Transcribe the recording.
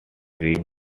dream